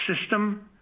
system